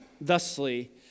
thusly